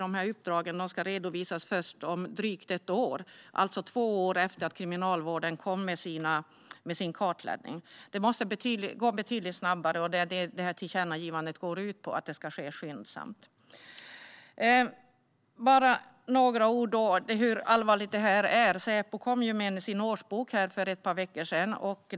Dessa uppdrag ska redovisas först om drygt ett år, alltså två år efter att Kriminalvården presenterade sin kartläggning. Det måste gå betydligt snabbare, och detta tillkännagivande går ut på just att det ska ske skyndsamt. Jag vill bara säga några ord om hur allvarligt det här är. Säpo presenterade sin årsbok för ett par veckor sedan.